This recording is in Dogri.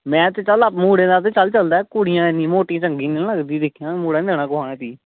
में ते चल मुढ़ें ते चल चलदा ऐ कुड़ियां इन्नियां मोटियां चंगी ते निं लगदी दिक्खेआं मुढ़ा निं देना कुसै नै तूगी